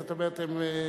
זאת אומרת הם,